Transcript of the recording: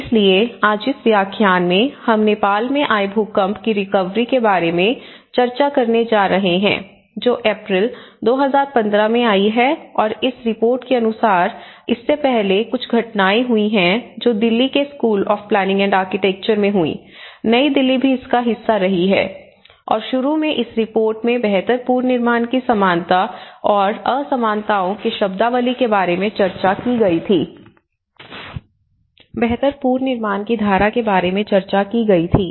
इसलिए आज इस व्याख्यान में हम नेपाल में आए भूकंप की रिकवरी के बारे में चर्चा करने जा रहे हैं जो अप्रैल 2015 में आई है और इस रिपोर्ट के अनुसार इससे पहले कुछ घटनाएँ हुई हैं जो दिल्ली के school of planning and architecture में हुई नई दिल्ली भी इसका हिस्सा रही है और शुरू में इस रिपोर्ट में बेहतर पूर्ण निर्माण की समानता और असमानताओं के शब्दावली के बारे में चर्चा की गई थी बेहतर पूर्ण निर्माण की धारणा के बारे में चर्चा की गई थी